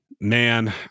man